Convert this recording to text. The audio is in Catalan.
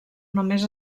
només